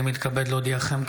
אני מתכבד להודיעכם,